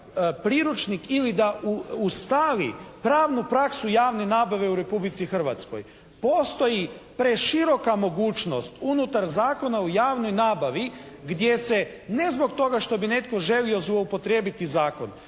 priručnik ili da ustavi pravnu praksu javne nabave u Republici Hrvatskoj. Postoji preširoka mogućnost unutar Zakona o javnoj nabavi gdje se ne zbog toga što bi netko želio zloupotrijebiti zakon,